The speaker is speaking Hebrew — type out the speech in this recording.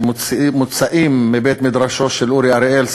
שמוצאים מבית-מדרשו של אורי אריאל,